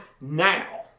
now